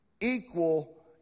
equal